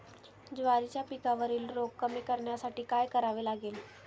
ज्वारीच्या पिकावरील रोग कमी करण्यासाठी काय करावे लागेल?